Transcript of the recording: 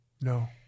No